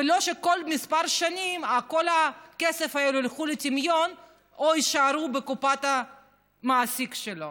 לא כל כמה שנים כל הכספים האלה ירדו לטמיון או יישארו בקופת המעסיק שלו.